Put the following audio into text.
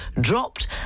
dropped